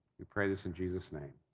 we pray this in jesus' name.